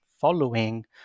following